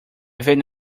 vane